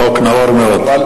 חוק נאור מאוד.